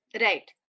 Right